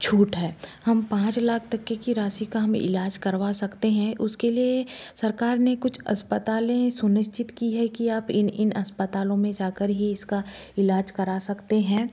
छूट है हम पाँच लाख तक के की राशि का हम इलाज़ करवा सकते हैं उसके लिए सरकार ने कुछ अस्पतालें सुनिश्चित की है कि आप इन इन अस्पतालों में जाकर ही इसका इलाज़ करा सकते हैं